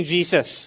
Jesus